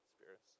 Spirits